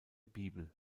bibel